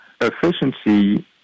efficiency